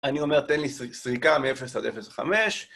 אני אומר תן לי סריקה מ-0 עד 0.5